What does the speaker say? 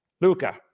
Luca